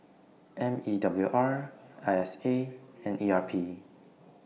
M E W R I S A and E R P